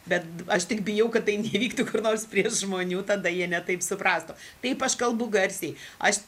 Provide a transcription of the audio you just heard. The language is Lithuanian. bet aš tik bijau kad tai neįvyktų kur nors prie žmonių tada jie ne taip suprastų taip aš kalbu garsiai aš